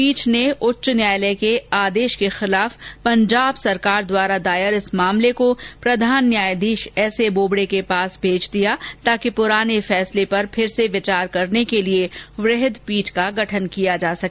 पीठ ने उच्च न्यायालय के आदेश के खिलाफ पंजाब सरकार द्वारा दायर इस मामले को प्रधान न्यायाधीश एसए बोबड़े के पास भेज दिया ताकि पुराने फैसले पर फिर से विचार करने के लिए वृहद् पीठ का गठन किया जा सके